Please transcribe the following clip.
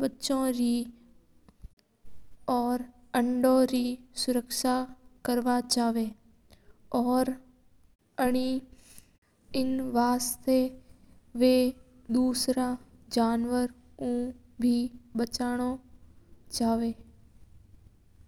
बच्चा रा रक्षा कर ने चावा और वा दूसरा जनवर रे बे रक्षा कर ने चावा हा।